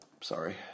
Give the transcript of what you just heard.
Sorry